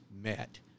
met